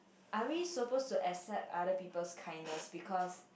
are we supposed to accept other people kindness because